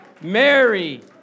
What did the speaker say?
Mary